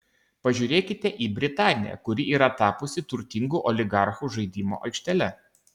pažiūrėkite į britaniją kuri yra tapusi turtingų oligarchų žaidimo aikštele